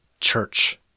church